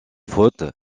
faute